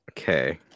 okay